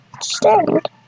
stand